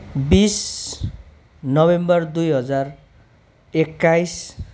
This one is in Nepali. बिस नोभेम्बर दुई हजार एक्काइस